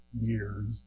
years